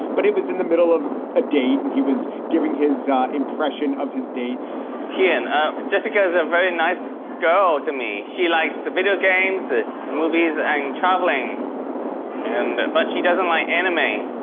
but it was in the middle of a date and he was giving his impression of his dates he and jessica is a very nice girl to me. she likes to video games and ah movies and traveling and but she doesn't like anime